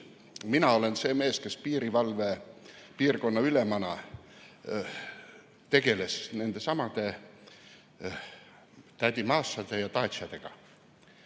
Mina olen see mees, kes piirivalve piirkonnaülemana tegeles nendesamade tädi Mašade ja daatšadega.